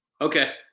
Okay